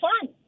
fun